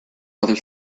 other